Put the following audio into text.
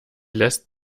lässt